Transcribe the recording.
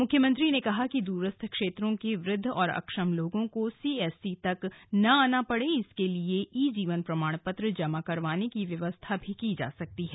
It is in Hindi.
मुख्यमंत्री ने कहा कि दूरस्थ क्षेत्रों के वृद्ध और अक्षम लोगों को सीएससी तक ना आना पड़े इसके लिए ई जीवन प्रमाण पत्र जमा करवाने की व्यवस्था भी की जा सकती है